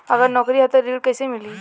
अगर नौकरी ह त ऋण कैसे मिली?